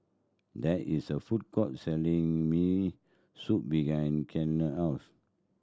there is a food court selling Miso Soup behind Clella house